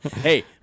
hey